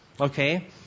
Okay